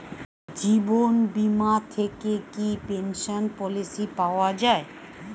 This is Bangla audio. জীবন বীমা থেকে কি পেনশন পলিসি পাওয়া যায়?